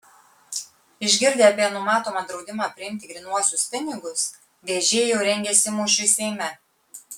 išgirdę apie numatomą draudimą priimti grynuosius pinigus vežėjai jau rengiasi mūšiui seime